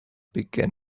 began